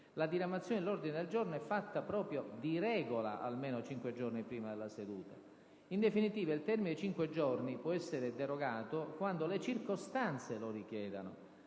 la diramazione dell'ordine del giorno è fatta «di regola» almeno cinque giorni prima della seduta. In definitiva, il termine di cinque giorni può essere derogato quando le circostanze lo richiedano.